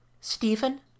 Stephen